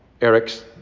Eric's